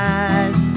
eyes